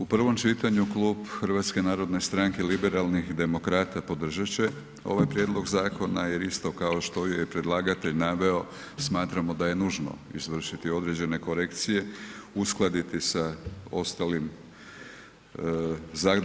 U prvom čitanju Klub HNS-a Liberalnih demokrata podržati će ovaj prijedlog zakona jer isto kao što je i predlagatelj naveo smatramo da je nužno izvršiti određene korekcije, uskladiti sa ostalim,